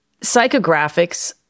psychographics